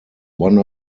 one